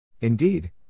Indeed